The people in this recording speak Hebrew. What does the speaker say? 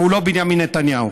והוא לא בנימין נתניהו.